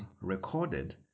recorded